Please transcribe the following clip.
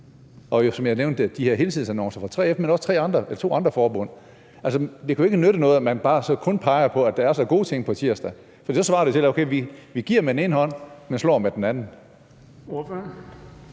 står det også i de her helsidesannoncer fra 3F, men også fra to andre forbund. Altså, det kan jo ikke nytte noget, at man kun peger på, at der er så gode ting på tirsdag. Det svarer lidt til, at vi, okay, giver med den ene hånd, men slår med den anden.